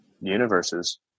universes